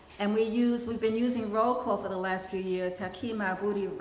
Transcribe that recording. and we used we've been using roll call for the last few years. hakeem ah abuhti,